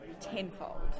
tenfold